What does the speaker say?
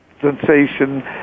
sensation